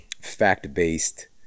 fact-based